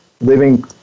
living